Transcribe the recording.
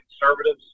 conservatives